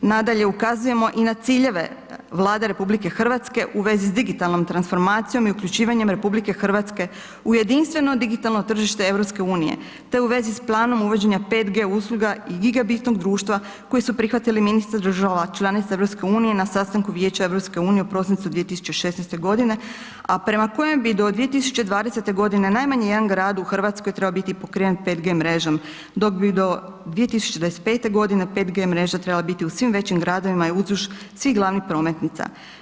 Nadalje, ukazujemo i na ciljeve Vlade RH u vezi s digitalnom transformacijom i uključivanjem RH u jedinstveno digitalno tržište EU-a te u vezi s planom uvođenja 5G usluga i gigabitom društva koji su prihvatili ministri država članica EU-a na sastanku Vijeća EU-a u prosincu 2016. g. a prema kojem bi do 2020. g. najmanje jedan grad u Hrvatskoj trebao biti pokriven 5G mrežom dok bi do 2025. g. 5G trebala biti u svim većim gradovima uzduž svih glavnih prometnica.